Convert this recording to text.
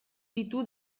ditu